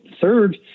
third